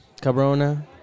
Cabrona